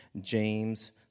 James